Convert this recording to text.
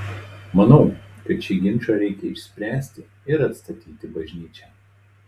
manau kad šį ginčą reikia išspręsti ir atstatyti bažnyčią